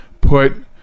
put